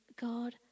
God